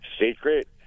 secret